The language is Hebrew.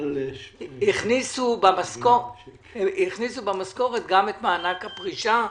הכניסו במשכורת גם את מענק הפרישה,